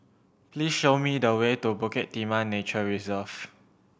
please show me the way to Bukit Timah Nature Reserve